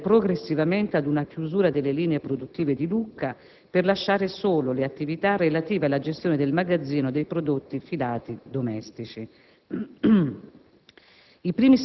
di procedere progressivamente ad una chiusura delle linee produttive di Lucca per lasciare solo le attività relative alla gestione del magazzino dei prodotti filati domestici.